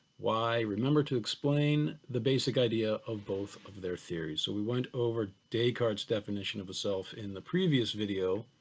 why? remember to explain the basic idea of both of their theories so we went over descartes' definition of a self in the previous video,